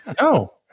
No